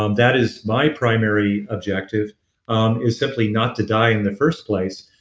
um that is my primary objective um is simply not to die in the first place,